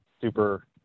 Super